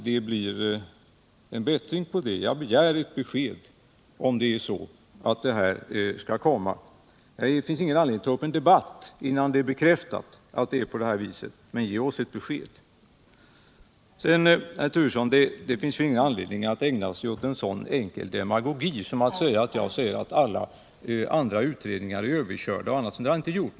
Det finns ingen anledning att ta upp en debatt innan detta är bekräftat, men ge oss ett besked! Det finns, herr Turesson, ingen anledning att ägna sig åt en så enkel demagogi som att påstå att jag säger att alla utredningar är överkörda m.m. — 129 det har jag inte gjort.